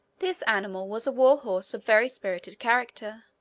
this animal was a war-horse of very spirited character,